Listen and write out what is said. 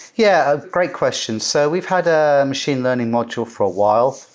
yeah, great question. so we've had a machine learning module for a while.